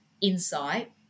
insight